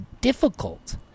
difficult